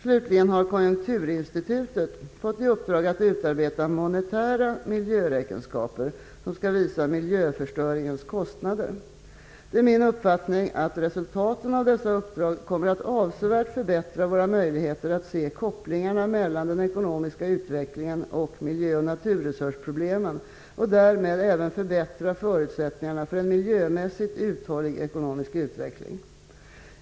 Slutligen har Konjunkturinstitutet fått i uppdrag att utarbeta monetära miljöräkenskaper, som skall visa miljöförstöringens kostnader. Det är min uppfattning att resultaten av dessa uppdrag kommer att avsevärt förbättra våra möjligheter att se kopplingarna mellan den ekonomiska utvecklingen och miljö och naturresursproblemen, och därmed även förbättra förutsättningarna för en miljömässigt uthållig ekonomisk utveckling.